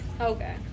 Okay